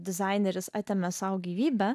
dizaineris atėmė sau gyvybę